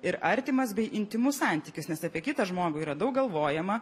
ir artimas bei intymus santykis nes apie kitą žmogų yra daug galvojama